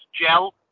gel